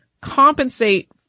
compensate